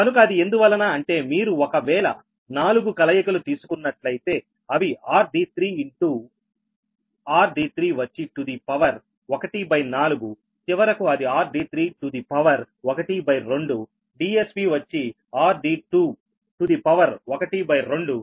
కనుక అది ఎందువలన అంటే మీరు ఒకవేళ 4 కలయికలు తీసుకున్నట్లయితే అవి r d3 into r d3 వచ్చిటు ద పవర్ 1 బై 4 చివరకు అది r d3 to the power 1 by 2